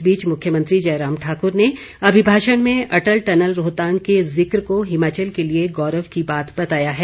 इस बीच मुख्यमंत्री जयराम ठाकुर ने अभिभाषण में अटल टनल रोहतांग के जिक्र को हिमाचल के लिए गौरव की बात बताया है